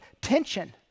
tension